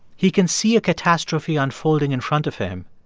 he can see a catastrophe unfolding in front of him,